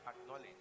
acknowledge